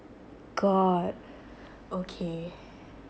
god okay